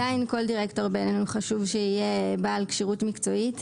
אבל עדיין כל דירקטור חשוב שיהיה בעל כשירות מקצועית,